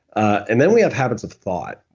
and then we have habits of thought.